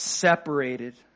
Separated